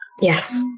Yes